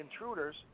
Intruders